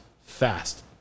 fast